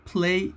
Play